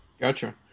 gotcha